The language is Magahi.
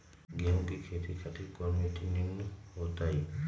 गेंहू की खेती खातिर कौन मिट्टी निमन हो ताई?